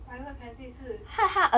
private candidate 是